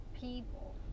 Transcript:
people